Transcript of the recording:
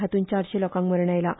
हातूंत चारशें लोकांक मरण आयलां